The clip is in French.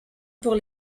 pour